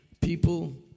people